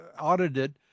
audited